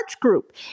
group